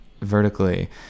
vertically